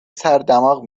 سردماغ